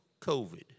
COVID